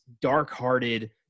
dark-hearted